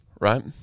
right